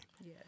Yes